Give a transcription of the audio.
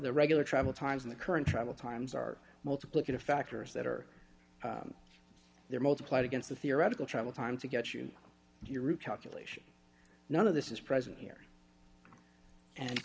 the regular travel times in the current travel times are multiplicative factors that are there multiplied against the theoretical travel time to get you your route calculation none of this is present here and